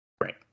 Right